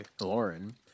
Lauren